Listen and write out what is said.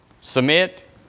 Submit